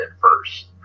first